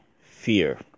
fear